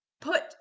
put